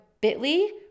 bit.ly